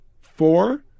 Four